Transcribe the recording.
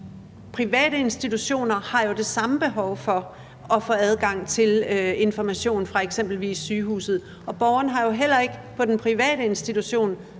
private institutioner har jo det samme behov for at få adgang til information fra eksempelvis sygehuset, og borgeren har jo heller ikke på den private institution